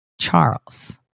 Charles